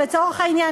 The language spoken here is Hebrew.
או לצורך העניין,